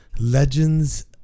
Legends